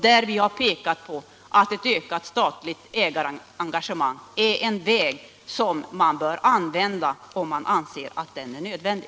Där har vi pekat på att ett ökat statligt ägarengagemang är en väg som bör användas om man anser att den är nödvändig.